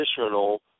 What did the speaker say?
additional